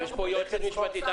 ויש פה יועצת משפטית.